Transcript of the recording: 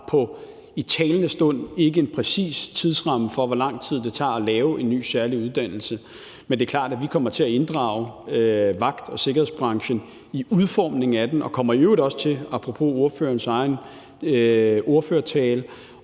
har i talende stund ikke en præcis tidsramme for, hvor lang tid det tager at lave en ny særlig uddannelse. Men det er klart, at vi kommer til at inddrage vagt- og sikkerhedsbranchen i udformningen af den, og vi kommer i øvrigt også til – apropos ordførerens egen ordførertale